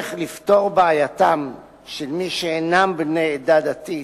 הצורך לפתור בעייתם של מי שאינם בני עדה דתית